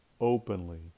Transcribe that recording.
openly